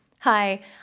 Hi